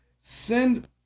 send